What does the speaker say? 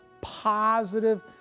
positive